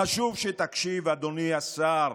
חשוב שתקשיב, אדוני השר,